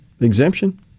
exemption